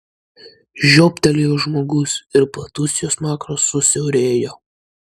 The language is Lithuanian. žiobtelėjo žmogus ir platus jo smakras susiaurėjo